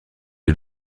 est